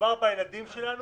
מדובר בילדים שלנו,